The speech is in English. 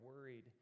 worried